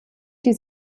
die